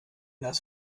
das